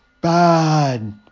Bad